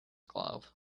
glove